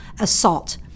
assault